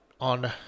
on